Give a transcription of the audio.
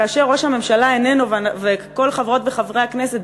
כאשר ראש הממשלה איננו וכל חברות וחברי הכנסת,